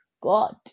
god